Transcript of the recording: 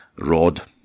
rod